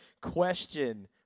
question